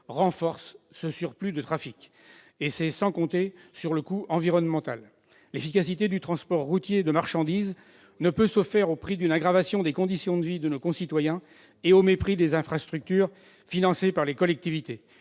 renforce ce surplus de trafic. Et c'est sans compter le coût environnemental induit ! L'efficacité du transport routier de marchandises ne peut se faire au prix d'une aggravation des conditions de vie de nos concitoyens et au mépris des infrastructures financées par les collectivités.